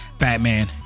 Batman